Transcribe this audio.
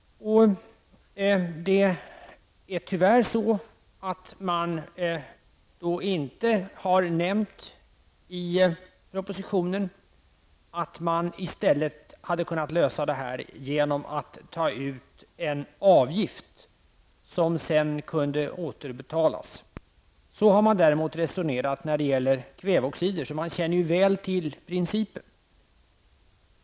Tyvärr har man inte nämnt i propositionen att man i stället hade kunnat lösa detta genom att ta ut en avgift som sedan kunde återbetalas. Så har man däremot resonerat när det gäller kväveoxider. Så man känner väl till principen.